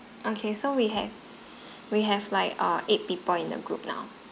okay so we have we have like err eight people in the group now